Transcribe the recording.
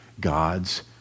God's